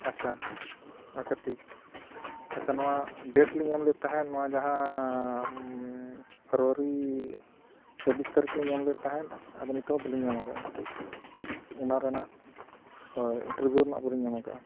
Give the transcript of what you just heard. ᱟᱪᱪᱷᱟ ᱟᱪᱪᱷᱟ ᱴᱷᱤᱠ ᱟᱪᱪᱷᱟ ᱱᱚᱣᱟ ᱰᱮᱴ ᱞᱤᱧ ᱮᱢ ᱞᱮᱫ ᱛᱟᱦᱮᱸᱜ ᱱᱚᱣᱟ ᱡᱟᱦᱟᱸ ᱯᱷᱮᱵᱽᱨᱟᱨᱤ ᱪᱚᱵᱵᱤᱥ ᱛᱟᱹᱨᱤᱠᱷ ᱞᱤᱧ ᱮᱢ ᱞᱮᱫ ᱛᱟᱦᱮᱸᱫ ᱟᱫᱚ ᱱᱤᱛᱚᱜ ᱦᱚᱸ ᱵᱚᱞᱤᱧ ᱧᱟᱢ ᱠᱟᱜᱼᱟ ᱚᱱᱟ ᱨᱮᱱᱟᱜ ᱦᱳᱭ ᱤᱱᱴᱟᱨᱵᱷᱤᱭᱩ ᱨᱮᱱᱟᱜ ᱵᱚᱞᱮᱧ ᱧᱟᱢ ᱠᱟᱜᱼᱟ